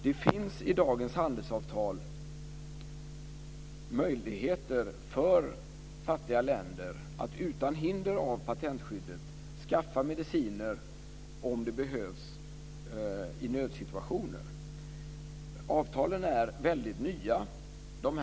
Det finns i dagens handelsavtal möjligheter för fattiga länder att utan hinder av patentskyddet skaffa mediciner om det behövs i nödsituationer. Avtalen är väldigt nya.